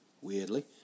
weirdly